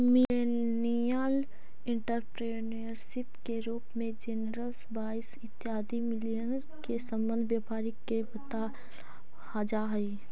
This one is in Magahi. मिलेनियल एंटरप्रेन्योरशिप के रूप में जेनरेशन वाई इत्यादि मिलेनियल्स् से संबंध व्यापारी के बतलावल जा हई